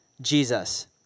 Jesus